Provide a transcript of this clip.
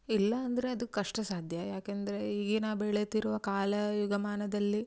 ಇಲ್ಲಾಂದರೆ ಅದು ಕಷ್ಟ ಸಾಧ್ಯ ಯಾಕಂದ್ರೆ ಈಗಿನ ಬೆಳೆಯುತ್ತಿರುವ ಕಾಲ ಯುಗಮಾನದಲ್ಲಿ